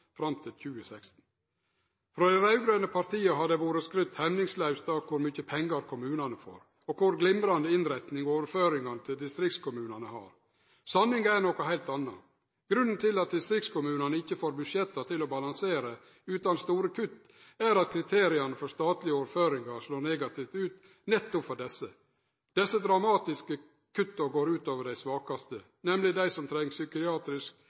fram til 2016. Frå dei raud-grøne partia har det vore skrytt hemningslaust av kor mykje pengar kommunane får og kor glimrande innretninga med overføringane til distriktskommunane er. Sanninga er noko heilt anna. Grunnen til at distriktskommunane ikkje får budsjetta til å balansere utan store kutt er at kriteria for statlege overføringar slår negativt ut nettopp for desse. Desse dramatiske kutta går ut over dei svakaste, nemleg dei som treng psykiatrisk